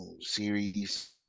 Series